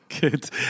Good